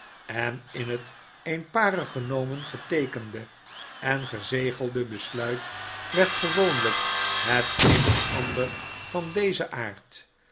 en in het eenparig genomen geteekende en gezegelde besluit werd gewoonlyk het een of ander van dezen aard